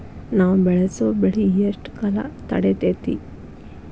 ನಾವು ಬೆಳಸೋ ಬೆಳಿ ಎಷ್ಟು ಕಾಲ ತಡೇತೇತಿ?